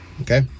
okay